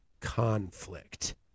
conflict